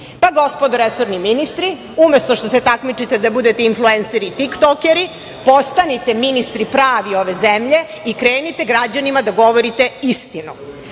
kompanije. Gospodo resorni ministri, umesto što se takmičite da budete inflenseri i tiktokeri, postanite ministri pravi ove zemlje i krenite građanima da govorite istinu. Ono